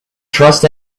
trust